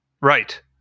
Right